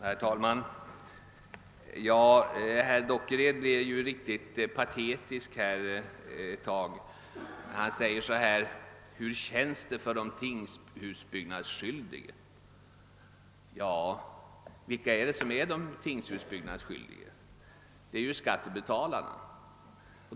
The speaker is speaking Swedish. Herr talman! Herr Dockered var ett slag riktigt patetisk och undrade hur det känns för de tingshusbyggnadsskyldige. Ja, vilka är då dessa? Jo, det är skattebetalarna.